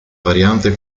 variante